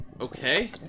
Okay